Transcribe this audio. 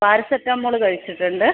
paracetamol കഴിച്ചിട്ടുണ്ട്